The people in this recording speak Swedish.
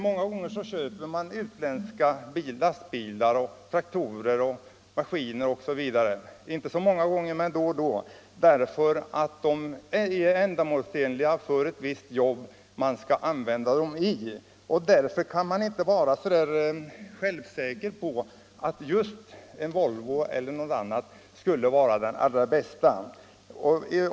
Då och då köper man utländska lastbilar, traktorer och maskiner, därför att de är ändamålsenliga för ett visst jobb. Därför kan man inte vara så säker på att just t.ex. en Volvo skulle vara den allra bästa.